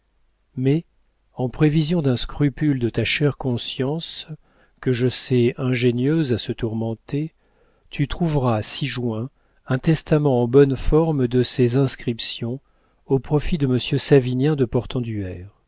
mais en prévision d'un scrupule de ta chère conscience que je sais ingénieuse à se tourmenter tu trouveras ci-joint un testament en bonne forme de ces inscriptions au profit de monsieur savinien de